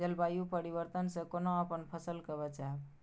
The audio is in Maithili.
जलवायु परिवर्तन से कोना अपन फसल कै बचायब?